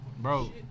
bro